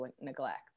neglect